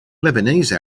lebanese